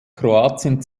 kroatien